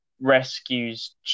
rescues